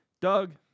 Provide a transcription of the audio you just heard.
Doug